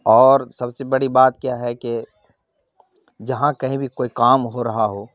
اور سب سے بڑی بات کیا ہے کہ جہاں کہیں بھی کوئی کام ہو رہا ہو